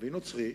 ערבי נוצרי,